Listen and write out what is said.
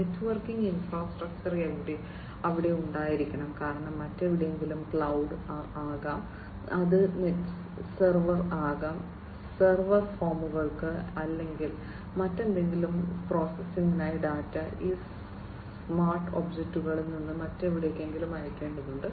networking infrastructure അവിടെ ഉണ്ടായിരിക്കണം കാരണം മറ്റെവിടെയെങ്കിലും ക്ലൌഡ് ആകാം അത് സെർവർ ആകാം സെർവർ ഫോമുകൾ അല്ലെങ്കിൽ മറ്റെന്തെങ്കിലും പ്രോസസ്സിംഗിനായി ഡാറ്റ ഈ സ്മാർട്ട് ഒബ്ജക്റ്റുകളിൽ നിന്ന് മറ്റെവിടെയെങ്കിലും അയയ്ക്കേണ്ടതുണ്ട്